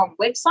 website